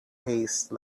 haste